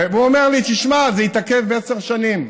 והוא אומר לי: תשמע, זה התעכב עשר שנים.